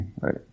right